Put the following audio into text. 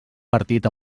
partit